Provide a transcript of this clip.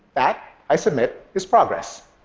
that, i submit, is progress.